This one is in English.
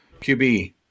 QB